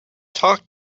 talk